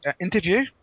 interview